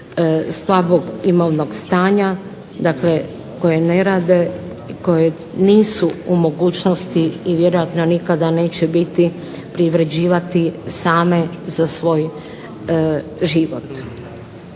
slabog imovnog stanja, dakle koje ne rade i koje nisu u mogućnosti i vjerojatno nikada neće biti privređivati same za svoj život.